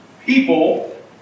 people